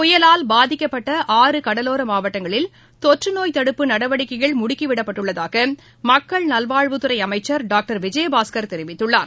புயலால் பாதிக்கப்பட்ட ஆறு கடவோரமாவட்டங்களில் தொற்றுநோய் தடுப்பு நடவடிக்கைகள் முடுக்கிவிடப்பட்டுள்ளதாகமக்கள் நல்வாழ்வுத்துறைஅமைச்சர் டாக்டர் விஜயபாஸ்கர் தெரிவித்துள்ளார்